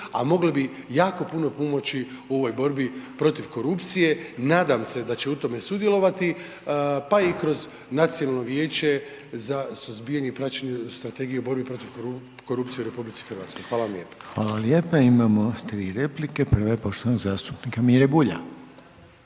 a mogle bi jako puno pomoći u ovoj borbi protiv korupcije, nadam se da će u tome sudjelovati, pa i kroz Nacionalno vijeće za suzbijanje i praćenje strategije u borbi protiv korupcije u RH. Hvala vam lijepo. **Reiner, Željko (HDZ)** Hvala lijepa. Imamo 3 replike, prva je poštovanog zastupnika Mire Bulja.